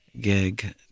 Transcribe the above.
gig